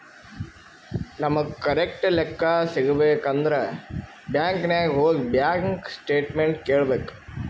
ನಮುಗ್ ಕರೆಕ್ಟ್ ಲೆಕ್ಕಾ ಸಿಗಬೇಕ್ ಅಂದುರ್ ಬ್ಯಾಂಕ್ ನಾಗ್ ಹೋಗಿ ಬ್ಯಾಂಕ್ ಸ್ಟೇಟ್ಮೆಂಟ್ ಕೇಳ್ಬೇಕ್